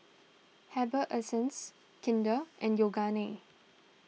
Herbal Essences Kinder and Yoogane